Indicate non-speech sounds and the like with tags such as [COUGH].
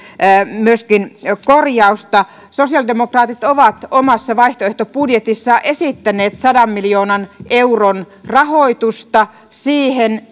myöskin korjausta sosiaalidemokraatit ovat omassa vaihtoehtobudjetissaan esittäneet sadan miljoonan euron rahoitusta siihen [UNINTELLIGIBLE]